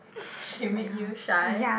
she made you shy